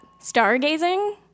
Stargazing